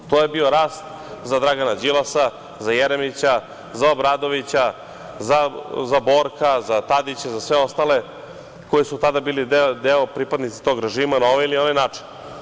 To je bio rast za Dragana Đilasa, za Jeremića, za Obradovića, za Borka, za Tadića, za sve ostale koji su tada bili pripadnici tog režima, na ovaj ili onaj način.